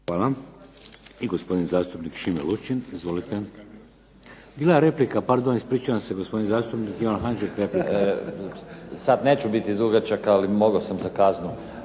(HDZ)** gospodin zastupnik Šime Lučin. Izvolite. Bila je replika, pardon ispričavam se, gospodin zastupnik Ivan Hanžek, replika. **Hanžek, Ivan (SDP)** Sad neću biti dugačak, ali mogao sam za kaznu